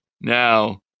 now